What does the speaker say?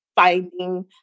finding